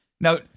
Now